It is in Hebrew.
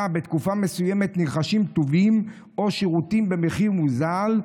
בתקופה מסוימת נרכשים טובין או שירותים במחיר מוזל,